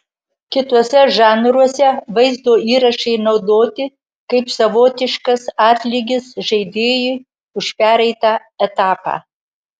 kituose žanruose vaizdo įrašai naudoti kaip savotiškas atlygis žaidėjui už pereitą etapą